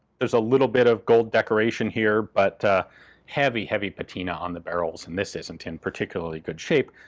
there's a little bit of gold decoration here, but heavy, heavy patina on the barrels, and this isn't in particularly good shape.